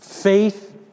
Faith